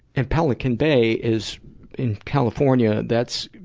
and pelican bay is in california, that's,